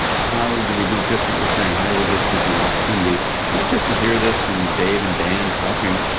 how do we do just what you're saying? how do we give people an opportunity not just to hear this from dave and dan talking,